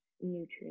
nutrients